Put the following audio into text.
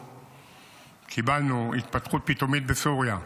קיבלנו התפתחות פתאומית בסוריה,